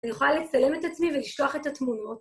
אני יכולה לצלם את עצמי ולשלוח את התמונות.